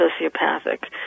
sociopathic